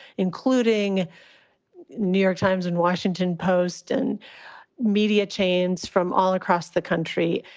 including new york times and washington post and media chains from all across the country.